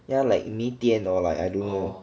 yeah like 没电 or I don't know